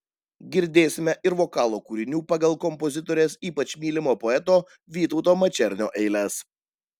girdėsime ir vokalo kūrinių pagal kompozitorės ypač mylimo poeto vytauto mačernio eiles